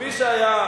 מיכאל,